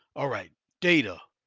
all right. data.